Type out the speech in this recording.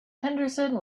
henderson